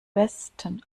westen